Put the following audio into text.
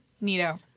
Nito